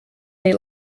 they